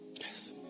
Yes